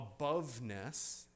aboveness